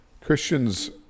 Christians